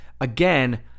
Again